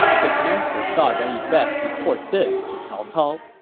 his master thought that he best report this to cao cao.